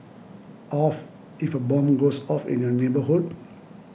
of if a bomb goes off in your neighbourhood